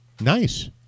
Nice